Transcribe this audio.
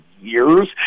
years